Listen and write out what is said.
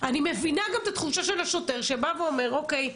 אני מבינה גם את התחושה של השוטר שבא ואומר אוקיי,